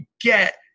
get